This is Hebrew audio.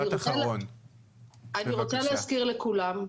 אני רוצה להזכיר לכולם,